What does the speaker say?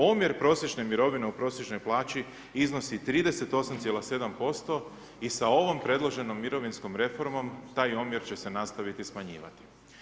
Omjer prosječne mirovine u prosječnoj plaći iznosi 38,7% i sa ovom predloženom mirovinskom reformom taj omjer će se nastaviti smanjivati.